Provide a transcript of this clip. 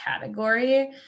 category